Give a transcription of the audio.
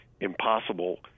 impossible